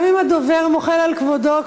גם אם הדובר מוחל על כבודו,